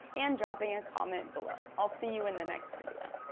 and dropping a comment below. i'll see you in the next video.